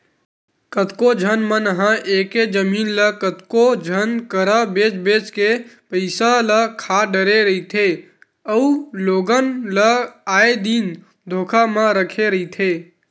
कतको झन मन ह एके जमीन ल कतको झन करा बेंच बेंच के पइसा ल खा डरे रहिथे अउ लोगन ल आए दिन धोखा म रखे रहिथे